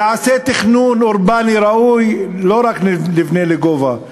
ייעשה תכנון אורבני ראוי, לא רק נבנה לגובה,